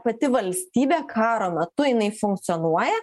pati valstybė karo metu jinai funkcionuoja